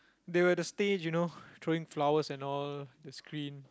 they were the stage you know throwing flowers and all the screen